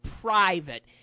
private